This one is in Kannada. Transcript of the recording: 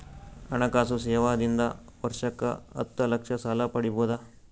ಹಣಕಾಸು ಸೇವಾ ದಿಂದ ವರ್ಷಕ್ಕ ಹತ್ತ ಲಕ್ಷ ಸಾಲ ಪಡಿಬೋದ?